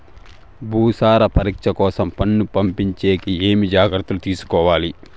భూసార పరీక్ష కోసం మన్ను పంపించేకి ఏమి జాగ్రత్తలు తీసుకోవాలి?